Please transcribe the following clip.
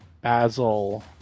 Basil